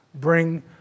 Bring